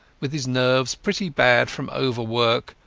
with his nerves pretty bad from overwork,